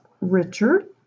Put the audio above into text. Richard